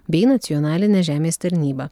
bei nacionalinę žemės tarnybą